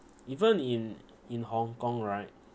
even in in hong kong right